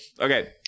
okay